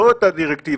לא את הדירקטיבה,